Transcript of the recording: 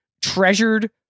treasured